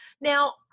Now